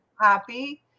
happy